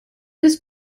was